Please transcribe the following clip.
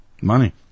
money